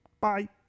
Bye